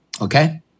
okay